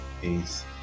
peace